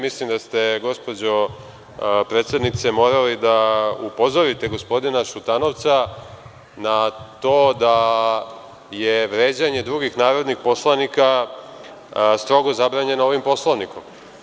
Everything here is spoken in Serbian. Mislim da ste gospođo predsednice morali da upozorite gospodina Šutanovca na to da je vređanje drugih narodnih poslanika strogo zabranjeno i Poslovnikom.